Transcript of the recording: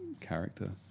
character